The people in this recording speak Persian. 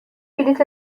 بلیط